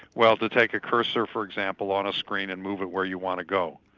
well to take a cursor for example on a screen and move it where you want to go.